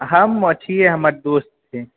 हम छी हमर दोस्त छै